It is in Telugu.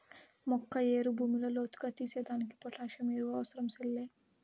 మొక్క ఏరు భూమిలో లోతుగా తీసేదానికి పొటాసియం ఎరువు అవసరం సెల్లే